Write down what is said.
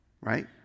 Right